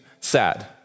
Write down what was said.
sad